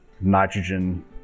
nitrogen